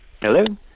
Hello